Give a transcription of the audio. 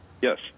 Yes